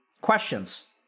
Questions